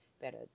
better